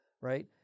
right